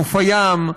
מחוף הים,